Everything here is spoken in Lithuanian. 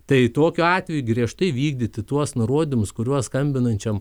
tai tokiu atveju griežtai vykdyti tuos nurodymus kuriuos skambinančiam